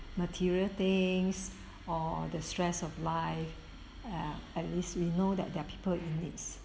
material things or the stress of life err at least we know that there are people in needs